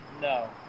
No